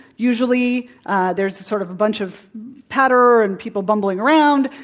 usually there's a sort of of bunch of patter and people bumbling around,